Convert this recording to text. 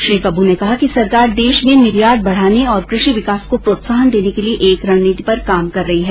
श्री प्रभु ने कहा कि सरकार देश में निर्यात बढ़ाने और कृषि विकास को प्रोत्साहन देने के लिए एक रणनीति पर काम कर रही है